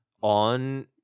on